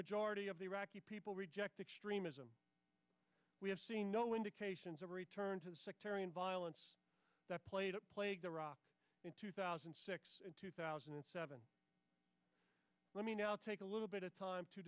majority of the iraqi people reject extremism we have seen no indications of a return to the sectarian violence that played a plague the rock in two thousand and six two thousand and seven let me now take a little bit of time to